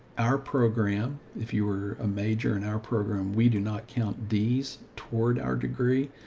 our program. if you were a major in our program, we do not count d's toward our degree.